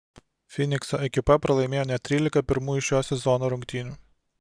fynikso ekipa pralaimėjo net trylika pirmųjų šio sezono rungtynių